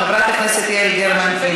תודה רבה לחבר הכנסת עבדאללה אבו מערוף.